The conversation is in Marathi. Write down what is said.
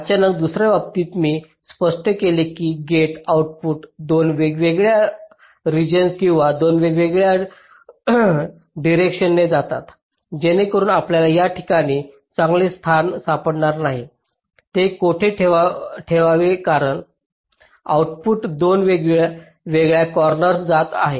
अचानक दुसर्या बाबतीत मी स्पष्ट केले की गेट आउटपुट 2 वेगवेगळ्या रेजियॉन्स किंवा 2 वेगवेगळ्या डिरेकशन्सकडे जातात जेणेकरून आपल्याला या ठिकाणांचे चांगले स्थान सापडणार नाही ते कोठे ठेवावे कारण आउटपुट 2 वेगवेगळ्या कॉर्नर्स जात आहेत